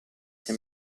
che